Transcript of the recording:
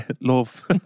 Love